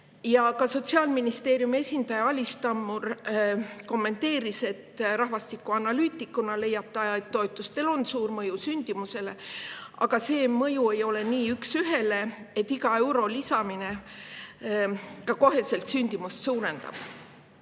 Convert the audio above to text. Ka Sotsiaalministeeriumi esindaja Alis Tammur kommenteeris, et rahvastikuanalüütikuna leiab ta, et toetustel on suur mõju sündimusele, aga see mõju ei ole nii üks ühele, et iga euro lisamine suurendab kohe sündimust.